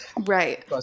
Right